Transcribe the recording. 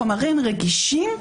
חומרים רגישים,